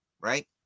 right